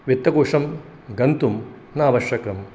वित्तकोशं गन्तुं न आवश्यकं